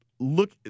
Look